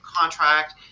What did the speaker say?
contract